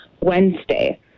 Wednesday